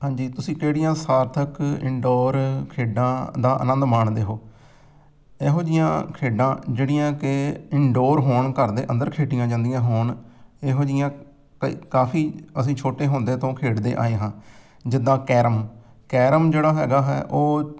ਹਾਂਜੀ ਤੁਸੀਂ ਕਿਹੜੀਆਂ ਸਾਰਥਕ ਇਨਡੋਰ ਖੇਡਾਂ ਦਾ ਆਨੰਦ ਮਾਣਦੇ ਹੋ ਇਹੋ ਜਿਹੀਆਂ ਖੇਡਾਂ ਜਿਹੜੀਆਂ ਕਿ ਇਨਡੋਰ ਹੋਣ ਘਰ ਦੇ ਅੰਦਰ ਖੇਡੀਆਂ ਜਾਂਦੀਆਂ ਹੋਣ ਇਹੋ ਜਿਹੀਆਂ ਕਈ ਕਾਫ਼ੀ ਅਸੀਂ ਛੋਟੇ ਹੁੰਦੇ ਤੋਂ ਖੇਡਦੇ ਆਏ ਹਾਂ ਜਿੱਦਾਂ ਕੈਰਮ ਕੈਰਮ ਜਿਹੜਾ ਹੈਗਾ ਹੈ ਉਹ